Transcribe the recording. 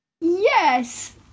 Yes